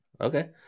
Okay